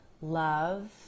love